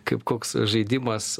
kaip koks žaidimas